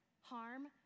harm